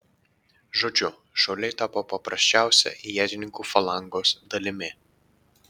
žodžiu šauliai tapo paprasčiausia ietininkų falangos dalimi